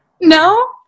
No